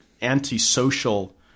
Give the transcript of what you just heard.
anti-social